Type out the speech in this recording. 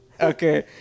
Okay